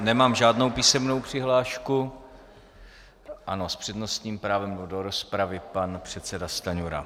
Nemám žádnou písemnou přihlášku ano s přednostním právem do rozpravy pan předseda Stanjura.